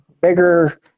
bigger